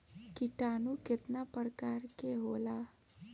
किटानु केतना प्रकार के होला?